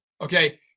Okay